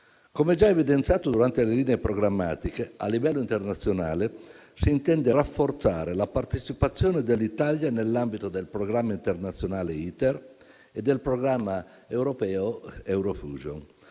Come già evidenziato durante l'illustrazione delle linee programmatiche, a livello internazionale si intende rafforzare la partecipazione dell'Italia nell'ambito del programma internazionale ITER e del programma europeo EUROfusion;